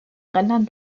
rändern